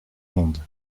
monde